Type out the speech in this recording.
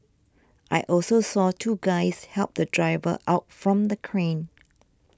I also saw two guys help the driver out from the crane